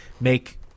make